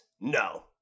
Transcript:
No